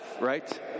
right